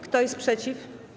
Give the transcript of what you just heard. Kto jest przeciw?